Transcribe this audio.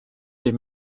les